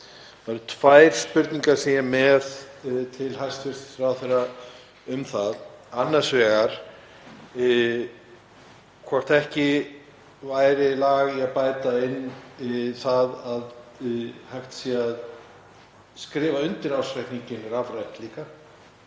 Það eru tvær spurningar sem ég er með til hæstv. ráðherra um það annars vegar hvort ekki væri lag að bæta því inn að hægt sé að skrifa undir ársreikninginn rafrænt líka.